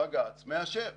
בג"ץ מאשר.